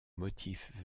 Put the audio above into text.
motifs